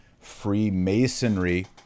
Freemasonry